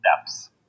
Steps